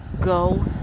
go